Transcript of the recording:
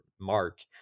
mark